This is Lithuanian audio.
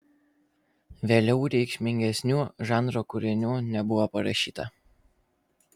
vėliau reikšmingesnių žanro kūrinių nebuvo parašyta